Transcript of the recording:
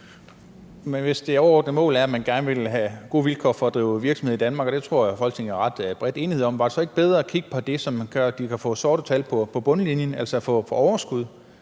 hvis det overordnede mål er, at man gerne vil have gode vilkår for at drive virksomhed i Danmark – og det tror jeg der er ret bred enighed om i Folketinget – var det så ikke bedre at kigge på det, som gør, at de kan få sorte tal på bundlinjen, altså få overskud?